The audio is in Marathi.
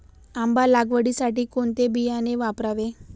आंबा लागवडीसाठी कोणते बियाणे वापरावे?